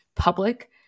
public